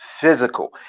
physical